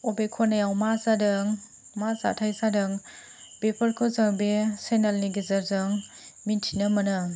अबे खनायाव मा जादों मा जाथाय जादों बेफोरखौ जों बे चेनेलनि गेजेरजों मिथिनो मोनो